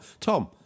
Tom